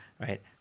right